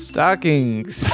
Stockings